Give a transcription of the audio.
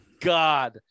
god